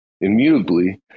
immutably